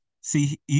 See